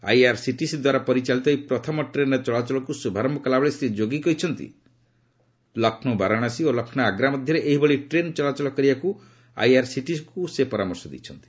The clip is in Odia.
ଆଇଆର୍ସିଟିସି ଦ୍ୱାରା ପରିଚାଳିତ ଏହି ପ୍ରଥମ ଟ୍ରେନ୍ର ଚଳାଚଳକୁ ଶୁଭାରମ୍ଭ କଲାବେଳେ ଶ୍ରୀ ଯୋଗୀ କହିଛନ୍ତି ଲକ୍ଷ୍ନୌ ବାରାଣସୀ ଓ ଲକ୍ଷ୍ନୌ ଆଗ୍ରା ମଧ୍ୟରେ ଏହିଭଳି ଟ୍ରେନ୍ ଚଳାଚଳ କରିବାକୁ ଆଇଆର୍ସିଟିସିକୁ ପରାମର୍ଶ ଦେଇଛନ୍ତି